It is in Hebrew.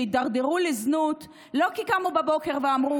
שהידרדרו לזנות לא כי הן קמו בבוקר ואמרו,